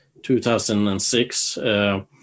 2006